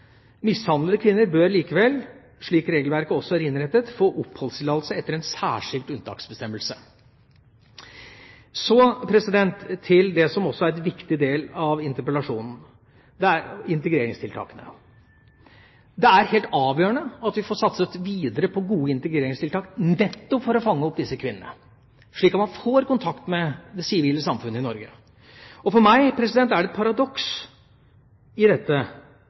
Mishandlede kvinner bør likevel, slik regelverket også er innrettet, få oppholdstillatelse etter en særskilt unntaksbestemmelse. Så til noe som også er en viktig del av interpellasjonen, integreringstiltakene. Det er helt avgjørende at vi får satset videre på gode integreringstiltak, nettopp for å fange opp disse kvinnene, slik at de får kontakt med det sivile samfunnet i Norge. For meg er det et paradoks i dette